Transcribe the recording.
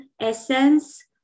essence